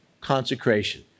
consecration